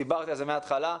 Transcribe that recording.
דיברתי על זה מהתחלה.